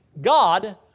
God